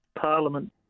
parliament